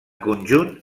conjunt